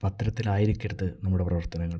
അപ്പം അത്തരത്തിലായിരിക്കരുത് നമ്മുടെ പ്രവർത്തനങ്ങൾ